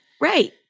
Right